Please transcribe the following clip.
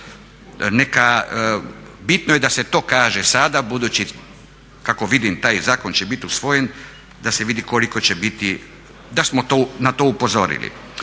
Bitno je da se to kaže sada budući kako vidim taj zakon će biti usvojen, da se vidi koliko će biti, da smo na to upozorili.